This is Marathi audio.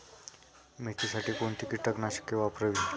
मेथीसाठी कोणती कीटकनाशके वापरावी?